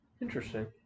interesting